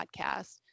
podcast